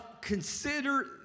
consider